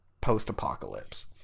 post-apocalypse